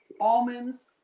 almonds